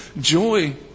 joy